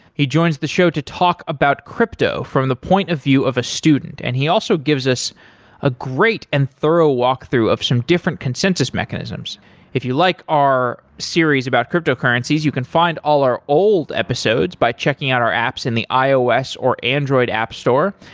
he joins the show to talk about crypto from the point of view of a student, and he also gives us a great and thorough walkthrough of some different consensus mechanisms if you like our series about cryptocurrencies, you can find all our old episodes by checking our apps in the ios or android app store,